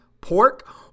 pork